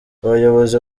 abayobozi